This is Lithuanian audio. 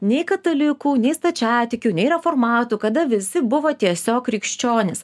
nei katalikų nei stačiatikių nei reformatų kada visi buvo tiesiog krikščionys